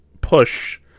push